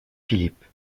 philippe